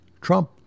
Trump